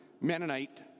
Mennonite